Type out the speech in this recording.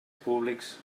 públics